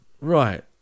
Right